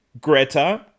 Greta